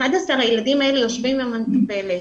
11 הילדים האלה יושבים עם המטפלת.